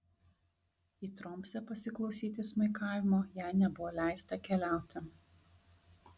į tromsę pasiklausyti smuikavimo jai nebuvo leista keliauti